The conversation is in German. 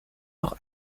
auch